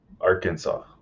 Arkansas